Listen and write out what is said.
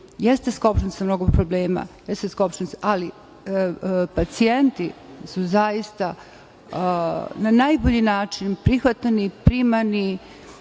jeste skopčan sa mnogo problema, ali pacijenti su zaista na najbolji način prihvatani, primani